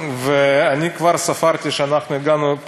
אני כבר ספרתי שאנחנו הגענו,